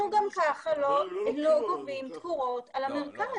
אנחנו גם ככה לא גובים תקורות על המרכז.